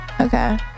Okay